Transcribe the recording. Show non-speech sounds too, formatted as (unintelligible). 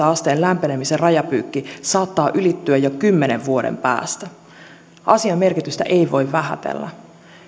(unintelligible) asteen lämpenemisen rajapyykki saattaa ylittyä jo kymmenen vuoden päästä asian merkitystä ei voi vähätellä